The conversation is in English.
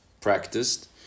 ...practiced